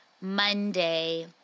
Monday